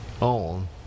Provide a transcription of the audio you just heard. on